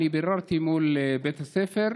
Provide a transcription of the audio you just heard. אני ביררתי מול בית הספר,